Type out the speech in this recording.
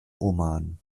oman